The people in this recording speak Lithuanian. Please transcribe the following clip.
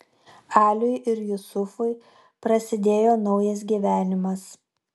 aliui ir jusufui prasidėjo naujas gyvenimas